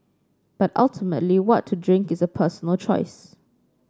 but ultimately what to drink is a personal choice